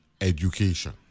education